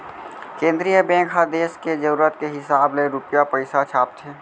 केंद्रीय बेंक ह देस के जरूरत के हिसाब ले रूपिया पइसा छापथे